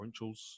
differentials